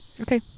Okay